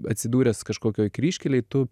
atsidūręs kažkokioj kryžkelėj tu